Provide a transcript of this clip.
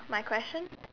my question